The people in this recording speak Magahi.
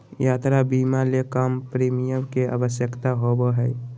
यात्रा बीमा ले कम प्रीमियम के आवश्यकता होबो हइ